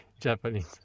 Japanese